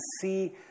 see